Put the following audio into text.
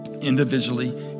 individually